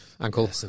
ankle